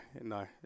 no